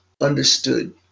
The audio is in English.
understood